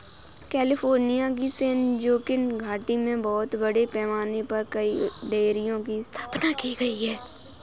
California की San Joaquin घाटी में बहुत बड़े पैमाने पर कई डेयरियों की स्थापना की गई है